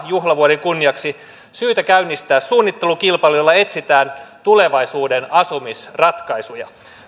juhlavuoden kunniaksi syytä käynnistää suunnittelukilpailu jolla etsitään tulevaisuuden asumisratkaisuja